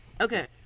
Okay